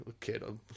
kid